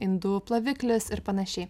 indų ploviklis ir panašiai